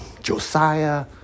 Josiah